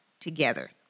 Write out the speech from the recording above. together